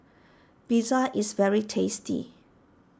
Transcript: Pizza is very tasty